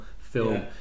Film